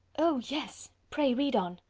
oh! yes. pray read on.